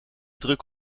druk